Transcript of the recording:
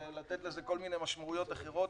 ולתת לו כל מיני משמעויות אחרות.